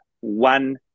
one